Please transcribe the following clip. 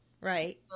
Right